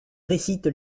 récite